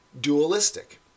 dualistic